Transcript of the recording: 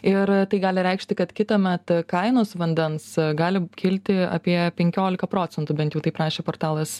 ir tai gali reikšti kad kitąmet kainos vandens gali kilti apie penkiolika procentų bent jau taip rašė portalas